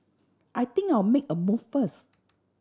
I think I'll make a move first